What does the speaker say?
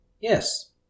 yes